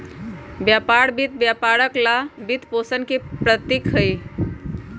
व्यापार वित्त व्यापार ला वित्तपोषण के प्रतीक हई,